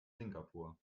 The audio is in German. singapur